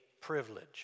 privilege